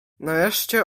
nareszcie